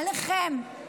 עליכם.